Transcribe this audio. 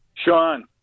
Sean